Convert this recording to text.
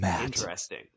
interesting